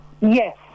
Yes